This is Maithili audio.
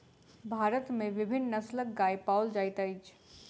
भारत में विभिन्न नस्लक गाय पाओल जाइत अछि